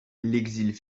l’exil